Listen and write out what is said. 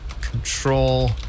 Control